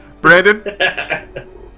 Brandon